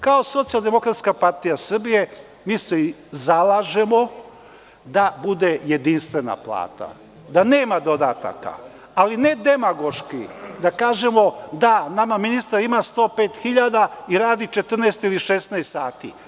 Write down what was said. Kao Socijaldemokratska partija Srbije mi se zalažemo da bude jedinstvena plata, da nema dodataka, ali ne demagoški, da kažemo – da, nama ministar ima 105.000 i radi 14 ili 16 sati.